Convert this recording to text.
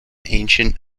ancient